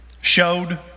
showed